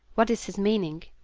what is his meaning?